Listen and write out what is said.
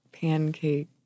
pancake